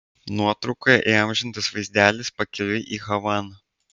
nuotraukoje įamžintas vaizdelis pakeliui į havaną